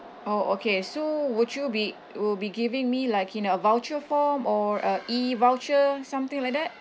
oh okay so would you be will be giving me like in a voucher form or a E voucher something like that